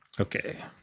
Okay